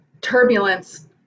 turbulence